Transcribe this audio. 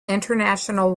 international